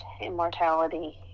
immortality